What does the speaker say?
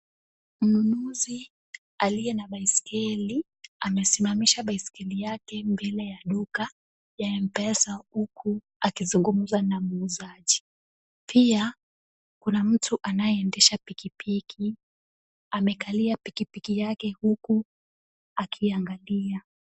Mnunuzi aliye na baiskeli, amesimamisha baiskeli yake mbele ya duka ya m-pesa, huku akizungumza na muuzaji. Pia kuna mtu anayeendesha pikipiki amekalia pikipiki yake huku akiangalia.